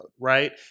right